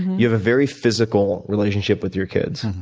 you have a very physical relationship with your kids.